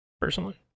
personally